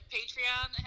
Patreon